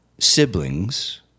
siblings